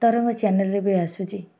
ତରଙ୍ଗ ଚ୍ୟାନେଲରେ ବି ଆସୁଛି